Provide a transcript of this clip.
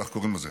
כך קוראים לזה,